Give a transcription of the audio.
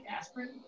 aspirin